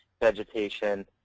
vegetation